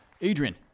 Adrian